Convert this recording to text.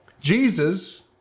Jesus